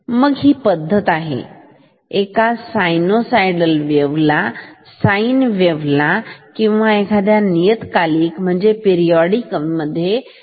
मग ही पद्धत आहे एका सायनोसायडल वेव्ह ला साईन वेव्ह ला किंवा एखाद्या नियतकालिक म्हणजे पिरिऑडिक वेव्ह मध्ये रूपांतरित करण्यासाठी